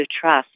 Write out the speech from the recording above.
trust